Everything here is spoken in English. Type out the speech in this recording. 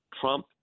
Trump